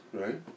right